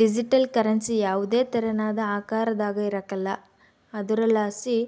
digital currency ಯಾವುದೇ ತೆರನಾದ ಆಕಾರದಾಗ ಇರಕಲ್ಲ ಆದುರಲಾಸಿ